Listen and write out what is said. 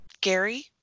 Gary